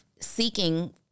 seeking